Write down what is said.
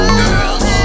girls